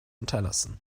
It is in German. unterlassen